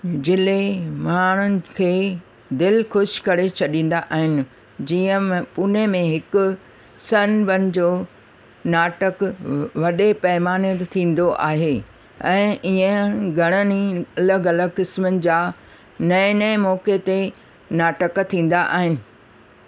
जिले माण्हुनि खे दिलि ख़ुशि करे छॾींदा आहिनि जीअं मां पुने में हिक सन वन जो नाटकु वॾे पैमाने ते थींदो आहे ऐं ईंअ घणनि ई अलॻि अलॻि किस्मनि जा नएं नएं मौके ते नाटक थींदा आहिनि